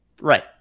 Right